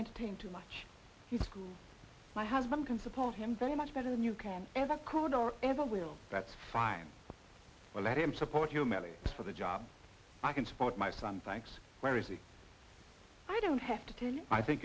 entertain too much you school my husband can support him very much better than you can ever could or ever will that's fine let him support you merely for the job i can support my son thanks where is it i don't have to tell you i think